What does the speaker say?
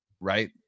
right